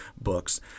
books